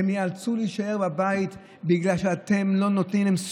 הן ייאלצו להישאר בבית בגלל שאתם לא נותנים להן,